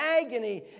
agony